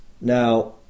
Now